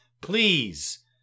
Please